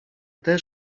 też